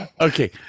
Okay